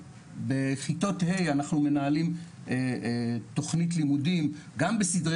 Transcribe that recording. בכיתות ה' אנחנו מנהלים תכנית לימודים גם בסדרי